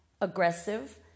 aggressive